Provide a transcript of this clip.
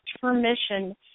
permission